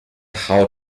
how